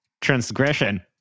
transgression